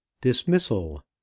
Dismissal